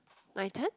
my turn